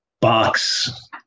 box